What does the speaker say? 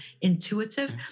intuitive